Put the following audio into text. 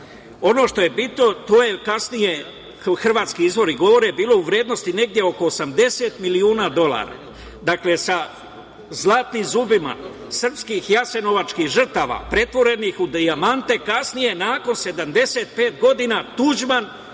Ono što je bitno, to govore hrvatski izbori, to je kasnije bilo u vrednosti negde oko 80 miliona dolara. Dakle, sa zlatnim zubima srpskih i jasenovačkih žrtava, pretvorenih u dijamante kasnije, nakon 75 godina, Tuđman